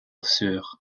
sur